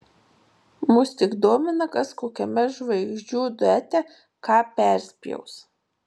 mus tik domina kas kokiame žvaigždžių duete ką perspjaus